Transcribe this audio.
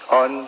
on